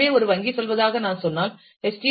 எனவே ஒரு வங்கி சொல்வதாக நான் சொன்னால் எச்